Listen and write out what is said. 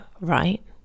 right